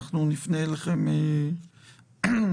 נפנה אליכם בהמשך,